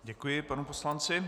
Děkuji panu poslanci.